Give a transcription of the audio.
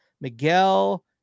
Miguel